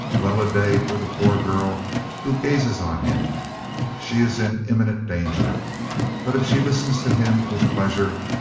well-a-day for the poor girl who gazes on him she is in imminent danger but if she listens to him with pleasure,